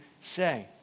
say